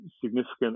significant